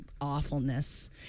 awfulness